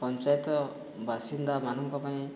ପଞ୍ଚାୟତ ବାସିନ୍ଦାମାନଙ୍କ ପାଇଁ